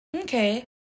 Okay